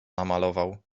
namalował